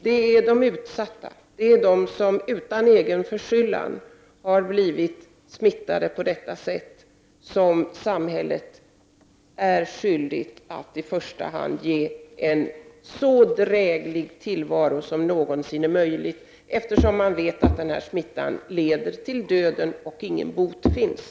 Det är de utsatta, de som utan egen förskyllan har blivit smittade på detta sätt som samhället är skyldigt att i första hand ge en så dräglig tillvaro som någonsin är möjligt, eftersom man vet att denna smitta leder till döden och ingen bot finns.